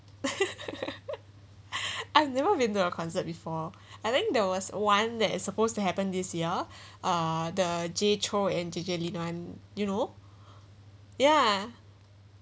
I've never been to a concert before and then there was one that is supposed to happen this year uh the jay chou and J_J lim one you know ya